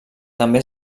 també